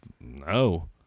No